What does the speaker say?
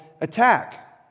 attack